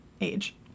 age